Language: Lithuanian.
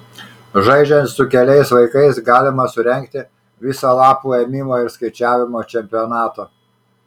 žaidžiant su keliais vaikais galima surengti visą lapų ėmimo ir skaičiavimo čempionatą